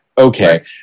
Okay